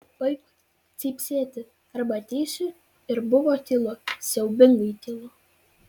baik cypsėti arba ateisiu ir buvo tylu siaubingai tylu